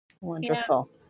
Wonderful